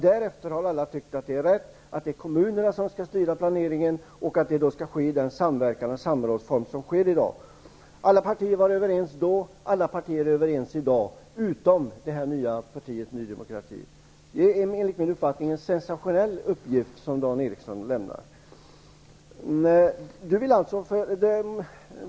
Därefter har alla tyckt att det är riktigt att det är kommunerna som skall styra planeringen och att det skall ske i dagens samverkans och samrådsform. Alla partier var överens då, alla partier är överens i dag, utom det nya partiet Ny Demokrati. Det är enligt min uppfattning en sensationell uppgift som Dan Eriksson lämnar.